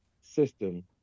system